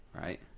Right